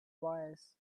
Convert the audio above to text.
wires